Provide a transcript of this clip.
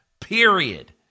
period